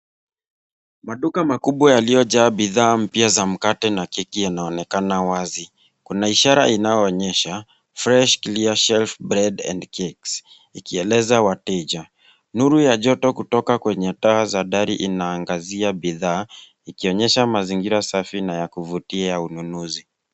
Maduka makubwa yaliyojaa bidhaa mpya za mkate na keki yanaonekana wazi. Kuna ishara inayoonyesha fresh clear sale bread and cakes ikieleza wateja. Nuru ya joto kutoka kwenye taa za dari inaangazia bidhaa, ikionyesha mazingira safi na ya kuvutia ya ununuzi.